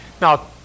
Now